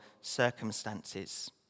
circumstances